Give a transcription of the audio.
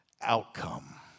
outcome